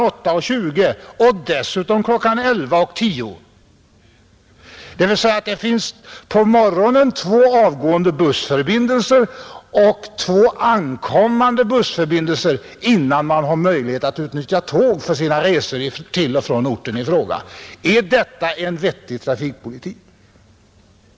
8.20 och sedan kl. 11.10, Det finns alltså på morgonen två avgående bussförbindelser och två ankommande bussförbindelser innan man har möjlighet att utnyttja tåg för sina resor till och från orten i fråga. Är detta en vettig trafikpolitik?